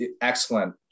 Excellent